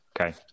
Okay